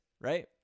right